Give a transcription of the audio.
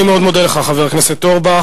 אני מאוד מודה לך, חבר הכנסת אורבך.